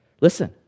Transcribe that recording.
Listen